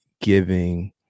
giving